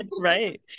right